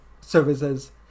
services